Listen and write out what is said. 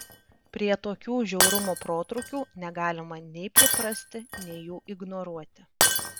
prie tokių žiaurumo protrūkių negalima nei priprasti nei jų ignoruoti